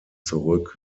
zurück